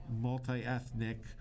multi-ethnic